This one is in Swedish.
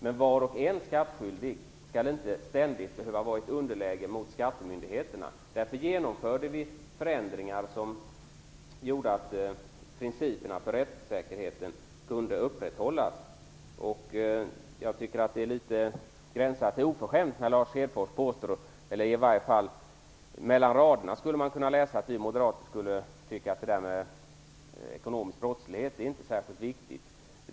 Men var och en skattskyldig skall inte ständigt behöva vara i ett underläge gentemot skattemyndigheterna. Därför genomförde vi förändringar som bidrog till att principerna för rättssäkerheten kunde upprätthållas. Det är på gränsen till oförskämt när man så att säga mellan raderna kan utläsa att vi moderater skulle anse att detta med ekonomisk brottslighet inte är särskilt viktigt.